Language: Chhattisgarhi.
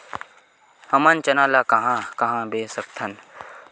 हमन चना ल कहां कहा बेच सकथन?